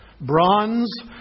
bronze